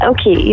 Okay